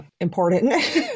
important